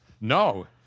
No